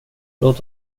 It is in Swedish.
låt